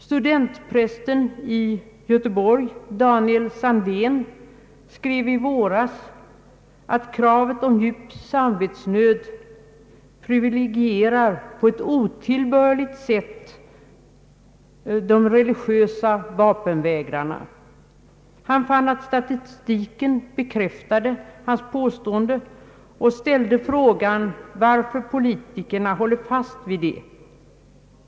Studentprästen i Göteborg, pastor Daniel Sandén, skrev i våras att kravet på djup samvetsnöd privilegierar på ett otillbörligt sätt de religiösa vapenvägrarna. Han fann att statistiken bekräftar hans påstående och ställde frågan varför politikerna håller fast vid det kravet.